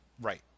Right